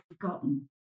forgotten